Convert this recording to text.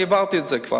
אני עברתי את זה כבר,